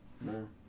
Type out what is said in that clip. No